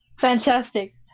Fantastic